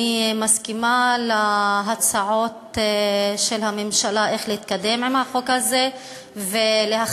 ואני מסכימה להצעות של הממשלה איך להתקדם עם החוק הזה ולהחרגת